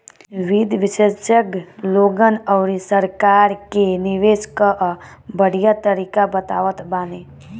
वित्त विशेषज्ञ लोगन अउरी सरकार के निवेश कअ बढ़िया तरीका बतावत बाने